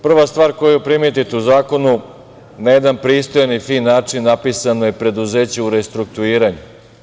Prva stvar koju primetite u zakonu - na jedan pristojan i fin način napisano je preduzeće u restrukturiranju.